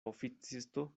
oficisto